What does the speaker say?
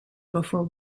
before